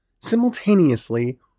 simultaneously